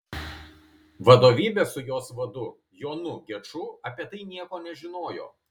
vadovybė su jos vadu jonu geču apie tai nieko nežinojo